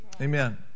Amen